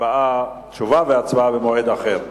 תשובה והצבעה במועד אחר.